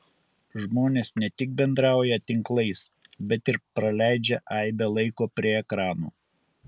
žmonės ne tik bendrauja tinklais bet ir praleidžia aibę laiko prie ekranų